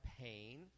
pain